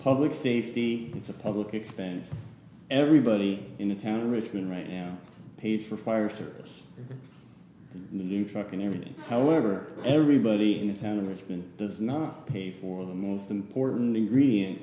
public safety it's a public expense everybody in a town in richmond right now paid for fire service new truck and everything however everybody in the town of richmond does not pay for the most important ingredient